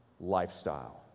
lifestyle